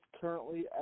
currently